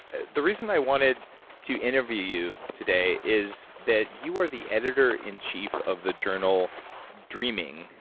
the reason i wanted to interview you today is that you are the editor in chief of the journal dreaming,